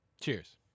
Cheers